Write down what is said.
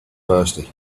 thirsty